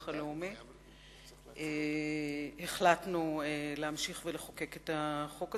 הלאומי החלטנו להמשיך ולחוקק את החוק הזה,